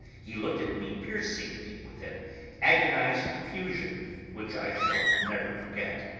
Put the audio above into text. he looked at me piercingly with an agonised confusion which i shall never forget,